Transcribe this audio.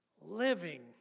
living